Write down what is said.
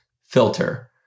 filter